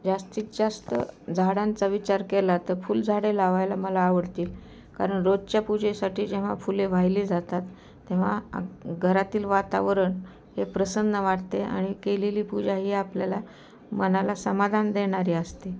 जास्तीत जास्त झाडांचा विचार केला तर फुलझाडे लावायला मला आवडतील कारण रोजच्या पूजेसाठी जेव्हा फुले वाहिले जातात तेव्हा घरातील वातावरण हे प्रसन्न वाटते आणि केलेली पूजा ही आपल्याला मनाला समाधान देणारी असते